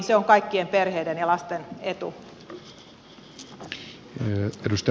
se on kaikkien perheiden ja lasten etu